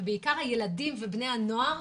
ובעיקר הילדים ובני הנוער,